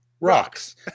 rocks